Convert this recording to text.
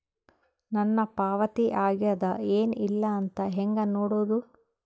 ನನ್ನ ಪಾವತಿ ಆಗ್ಯಾದ ಏನ್ ಇಲ್ಲ ಅಂತ ಹೆಂಗ ನೋಡುದು?